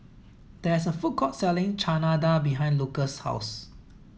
there is a food court selling Chana Dal behind Lucas' house